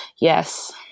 yes